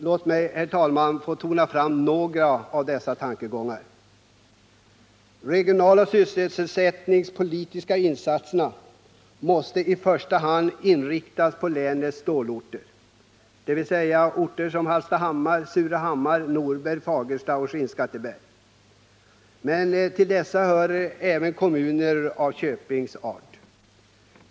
Låt mig, herr talman, få tona fram några av tankegångarna: Regionalpolitiska och sysselsättningspolitiska insatser måste i första hand inriktas på länets stålorter: Hallstahammar, Surahammar, Norberg, Fagersta och Skinnskatteberg. Till denna kategori bör även Köping räknas.